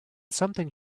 something